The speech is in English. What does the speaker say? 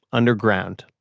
underground,